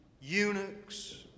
eunuchs